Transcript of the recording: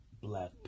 Black